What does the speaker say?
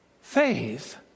Faith